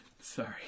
sorry